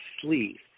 sleeve